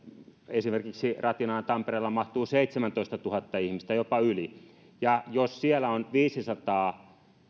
esimerkiksi ratinaan tampereella mahtuu seitsemäntoistatuhatta ihmistä jopa yli ja jos siellä on viisisataa